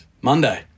Monday